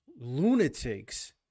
lunatics